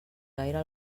gaire